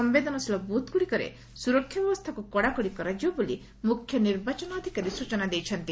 ସୟେଦନଶୀଳ booth ଗୁଡିକରେ ସୁରକ୍ଷା ବ୍ୟବସ୍ଥାକୁ କଡାକଡି କରାଯିବ ବୋଲି ମୁଖ୍ୟ ନିର୍ବାଚନ ଅଧିକାରୀ ସ୍ଚନା ଦେଇଛନ୍ତି